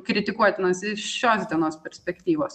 kritikuotinas iš šios dienos perspektyvos